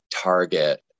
target